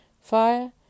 Fire